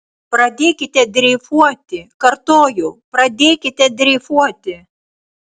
pradėkite dreifuoti kartoju pradėkite dreifuoti